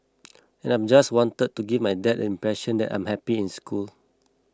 and I just wanted to give my dad impression that I'm happy in school